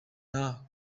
nta